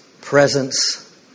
Presence